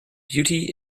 beauty